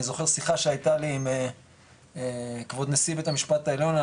אני זוכר שיחה שהייתה לי עם כבוד נשיא בית המשפט העליון,